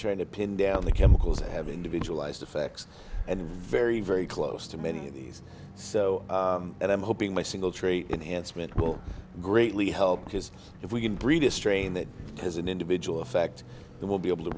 trying to pin down the chemicals that have individualized effects and very very close to many of these so that i'm hoping my single tree enhancement will greatly help because if we can breed a strain that has an individual effect it will be able to